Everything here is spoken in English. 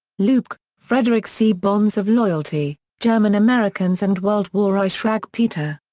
luebke, frederick c. bonds of loyalty german-americans and world war i schrag peter.